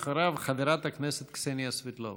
אחריו, חברת הכנסת קסניה סבטלובה.